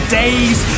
days